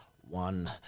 one